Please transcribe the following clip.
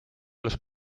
los